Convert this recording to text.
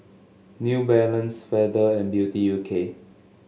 New Balance Feather and Beauty U K